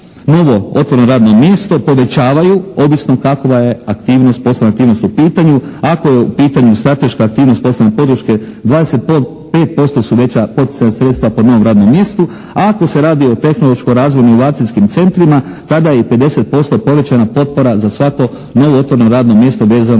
novo otvoreno radno mjesto povećavaju, ovisno kakova je aktivnost, poslovna aktivnost u pitanju. Ako je u pitanju strateška aktivnost poslovne podrške 25% su veća poticajna sredstva po novom radnom mjestu. A ako se radi o tehnološko-razvojno inovacijskim centrima tada je i 50% povećana potpora za svako novo otvoreno radno mjesto vezano